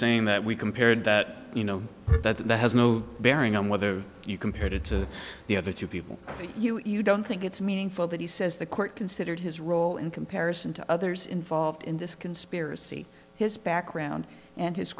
saying that we compared that you know that that has no bearing on whether you compared it to the other two people you don't think it's meaningful that he says the court considered his role in comparison to others involved in this conspiracy his background and his